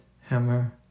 hammer